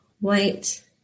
white